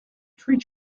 treat